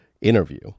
interview